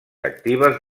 actives